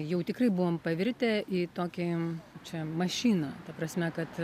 jau tikrai buvom pavirtę į tokį čia mašiną ta prasme kad